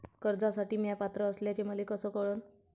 कर्जसाठी म्या पात्र असल्याचे मले कस कळन?